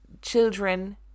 children